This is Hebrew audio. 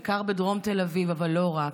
בעיקר דרום תל אביב אבל לא רק,